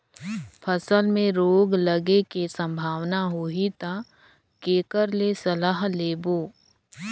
फसल मे रोग लगे के संभावना होही ता के कर ले सलाह लेबो?